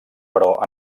però